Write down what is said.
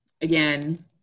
again